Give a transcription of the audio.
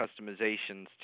customizations